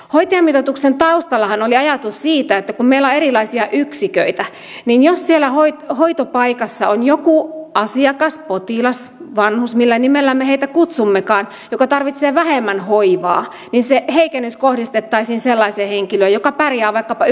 hoitajamitoituksen taustallahan oli ajatus siitä että kun meillä on erilaisia yksiköitä niin jos siellä hoitopaikassa on joku asiakas potilas vanhus millä nimellä me heitä kutsummekaan joka tarvitsee vähemmän hoivaa niin se heikennys kohdistettaisiin sellaiseen henkilöön joka pärjää vaikkapa yhden hoitajan hoidettavana